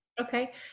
Okay